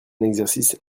exercice